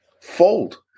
fold